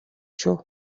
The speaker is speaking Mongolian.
шүү